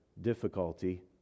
difficulty